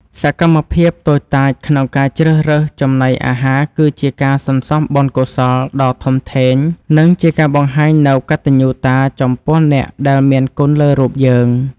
សកម្មភាពតូចតាចក្នុងការជ្រើសរើសចំណីអាហារគឺជាការសន្សំបុណ្យកុសលដ៏ធំធេង និង ជាការបង្ហាញនូវកតញ្ញូតាចំពោះអ្នកដែលមានគុណលើរូបយើង។